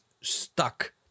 stuck